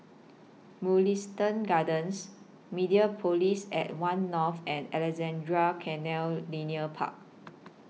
Mugliston Gardens Mediapolis At one North and Alexandra Canal Linear Park